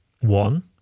One